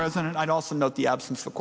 present and i'd also note the absence of